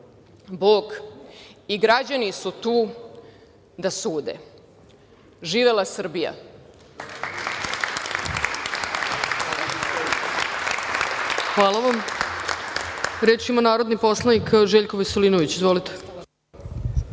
Bog i građani su tu da sude. Živela Srbija!